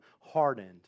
hardened